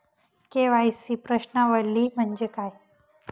KYC प्रश्नावली म्हणजे काय?